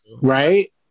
Right